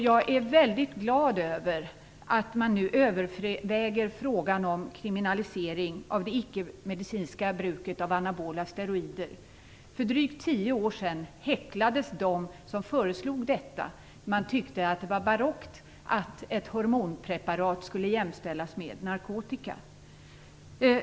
Jag är väldigt glad över att man nu överväger frågan om kriminalisering av det icke-medicinska bruket av anabola steroider. För drygt tio år sedan häcklades de som föreslog detta. Man tyckte att det var barockt att ett hormonpreparat skulle jämställas med narkotika.